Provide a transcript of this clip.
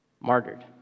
martyred